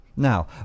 Now